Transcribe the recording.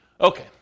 Okay